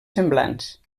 semblants